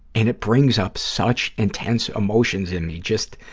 and it brings up such intense emotions in me just